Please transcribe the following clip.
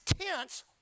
tense